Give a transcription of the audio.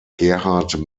gerhard